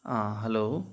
ആ ഹലോ